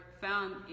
found